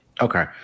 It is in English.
Okay